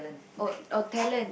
oh oh talent